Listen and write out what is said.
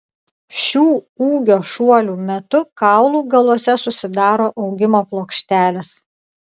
šių ūgio šuolių metu kaulų galuose susidaro augimo plokštelės